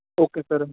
okay sir